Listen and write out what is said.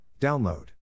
Download